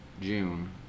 June